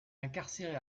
incarcérée